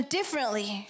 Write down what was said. differently